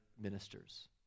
ministers